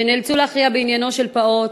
שנאלצו להכריע בעניינו של פעוט,